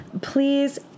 please